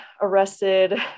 arrested